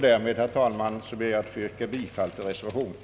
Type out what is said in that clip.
Därmed, herr talman, ber jag att få yrka bifall till reservationen.